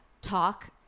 talk